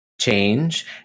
change